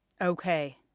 Okay